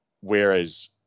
Whereas